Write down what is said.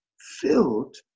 filled